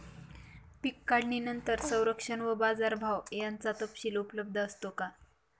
पीक काढणीनंतर संरक्षण व बाजारभाव याचा तपशील उपलब्ध असतो का?